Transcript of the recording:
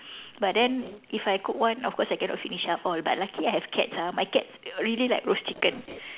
but then if I cook one of course I cannot finish up all but lucky I have cats ah my cats really like roast chicken